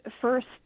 first